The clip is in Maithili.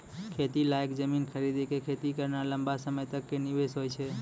खेती लायक जमीन खरीदी कॅ खेती करना लंबा समय तक कॅ निवेश होय छै